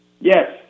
Yes